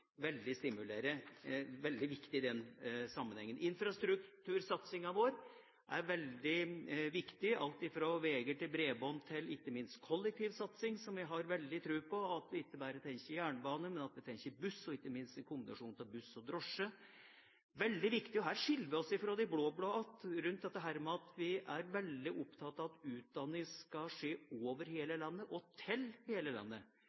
veldig viktig i den sammenhengen. Infrastruktursatsinga vår er veldig viktig – alt fra veger til bredbånd og ikke minst til kollektivsatsing, som jeg har veldig tro på, at vi ikke bare tenker jernbane, men også buss og ikke minst en kombinasjon av buss og drosje. Dette er veldig viktig. Vi skiller oss også fra de blå-blå ved at vi er veldig opptatt av at utdanning skal skje over hele landet og til hele landet.